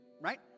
right